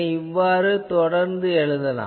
இவ்வாறு தொடரலாம்